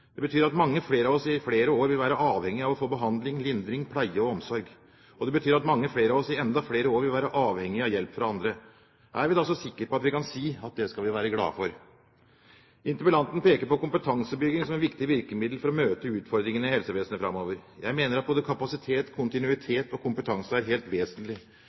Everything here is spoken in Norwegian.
Det betyr at mange flere av oss i flere år vil være avhengige av å få behandling, lindring, pleie og omsorg. Det betyr at mange flere av oss i enda flere år vil være avhengige av hjelp fra andre. Er vi da så sikre på at vi kan si at det skal vi være glade for? Interpellanten peker på kompetansebygging som et viktig virkemiddel for å møte utfordringene i helsevesenet framover. Jeg mener at både kapasitet, kontinuitet og kompetanse er helt vesentlig.